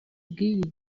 bw’iyi